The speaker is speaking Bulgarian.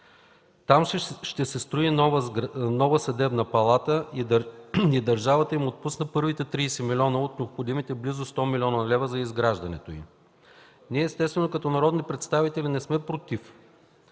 Там ще се строи нова Съдебна палата и държавата им отпуска първите 30 милиона от необходимите близо 100 млн. лв. за изграждането й. Ние, естествено, като народни представители не сме против,